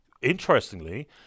Interestingly